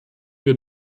wir